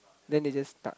then they just start